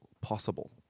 possible